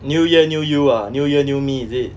new year new you ah new year new me is it